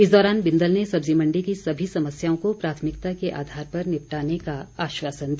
इस दौरान बिंदल ने सब्जी मण्डी की सभी समस्याओं को प्राथमिकता के आधार पर निपटाने का आश्वासन दिया